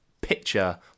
picture